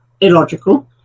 illogical